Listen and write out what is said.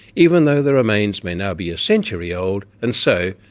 even though the remains may now be a century old, and so,